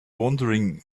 wondering